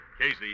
Casey